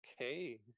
okay